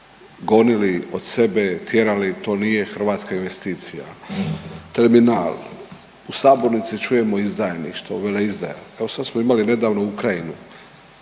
gonili od sebe, tjerali to nije hrvatska investicija. Terminal, u sabornici čujemo izdajništvo, veleizdaja. Evo sad smo imali nedavno Ukrajinu.